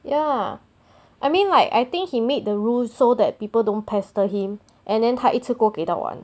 ya I mean like I think he made the rules so that people don't pester him and then 他一次过给到完